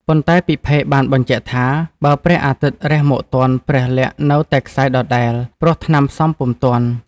ប៉ុន្តែពិភេកបានបញ្ជាក់ថា បើព្រះអាទិត្យរះមកទាន់ ព្រះលក្សណ៍នៅតែក្ស័យដដែល ព្រោះថ្នាំផ្សំពុំទាន់។